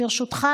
ברשותך,